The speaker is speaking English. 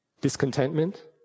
discontentment